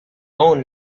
own